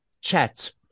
chat